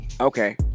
Okay